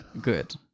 Good